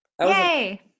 Yay